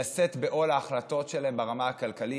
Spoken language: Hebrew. לשאת בעול ההחלטות שלה ברמה הכלכלית.